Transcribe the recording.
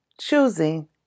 choosing